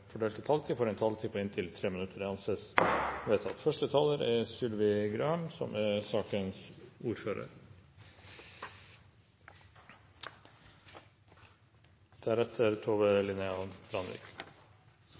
fordelte taletid, får en taletid på inntil 3 minutter. – Det anses vedtatt. Dette er også en sak som